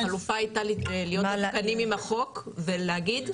החלופה הייתה להיות מעודכנים עם החוק ולהגיד,